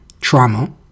trauma